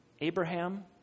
Abraham